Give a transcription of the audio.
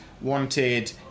wanted